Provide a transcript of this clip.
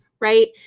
Right